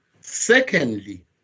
Secondly